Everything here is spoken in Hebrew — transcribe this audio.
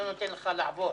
שלא נותן לך לעבור,